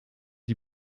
die